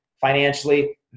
financially